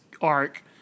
arc